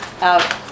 out